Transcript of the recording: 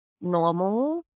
normal